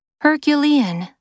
Herculean